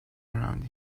around